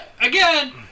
Again